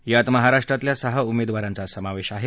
यात महाराष्ट्रातल्या सहा उमेदवारांचा समावेश आहे